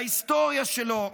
להיסטוריה שלו.